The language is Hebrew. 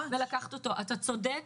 אתה צודק,